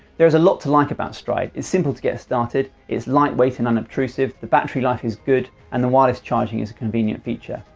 there is a lot to like about stryd it's simple to get started, it's lightweight and unobtrusive, the battery life is good and the wireless charging is a convenient feature.